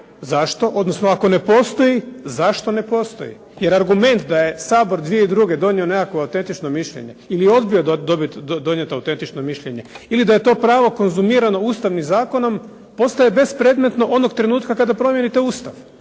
zašto, odnosno ako ne postoji zašto ne postoji? Jer argument da je Sabor 2002. donio nekakvo autentično mišljenje ili odbio donijeti autentično mišljenje ili da je to pravo konzumirano Ustavnim zakonom postaje bespredmetno onog trenutka kada promijenite Ustav